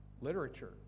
Literature